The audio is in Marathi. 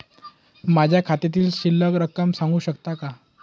माझ्या खात्यातील शिल्लक रक्कम सांगू शकता का?